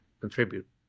contribute